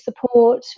support